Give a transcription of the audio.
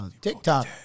TikTok